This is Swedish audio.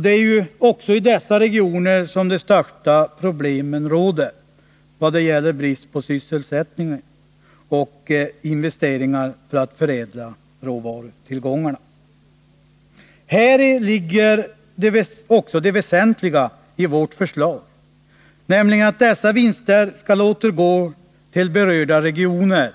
Det är också där de största problemen råder i vad gäller brist på sysselsättning och investeringar för att förädla råvarutillgångarna. Häri ligger också det väsentliga i vårt förslag, nämligen att dessa vinster skall återgå till berörda regioner